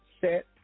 set